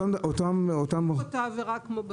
אותה עבירה כמו ברכב.